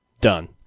Done